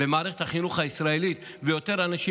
במערכת החינוך הישראלית ויותר אנשים